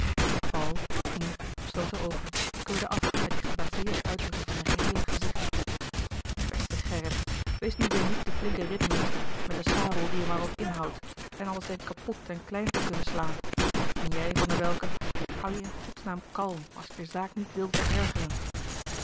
sloot de oogen keurde af met die geblazeerde uitdrukking van zijn geheele gezicht beste gerrit wees nu weêr niet de flinke ritmeester met de sabel die er maar op inhouwt en alles denkt kapot en klein te kunnen slaan en jij van der welcke hoû je in godsnaam kalm als je de zaak niet wil verergeren